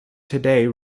today